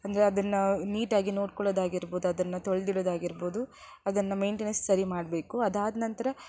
ಅಂದರೆ ಅದನ್ನು ನೀಟಾಗಿ ನೋಡಿಕೊಳ್ಳೋದಾಗಿರ್ಬೋದು ಅದನ್ನು ತೊಳೆದಿಡೋದಾಗಿರ್ಬೋದು ಅದನ್ನು ಮೇಯ್ನ್ಟೆನೆನ್ಸ್ ಸರಿ ಮಾಡಬೇಕು ಅದಾದ ನಂತರ